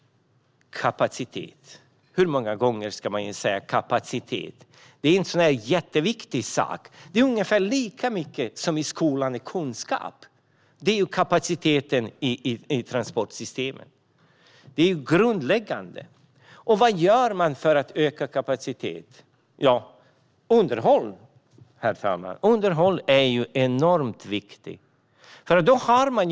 Hur många gånger ska man säga kapacitet? Det är en viktig sak. Ungefär lika viktig som kunskapen är i skolan är kapaciteten i transportsystemen. Den är grundläggande. Vad gör man för att öka kapaciteten? Underhåll är enormt viktigt, herr talman.